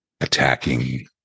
attacking